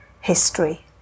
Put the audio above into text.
history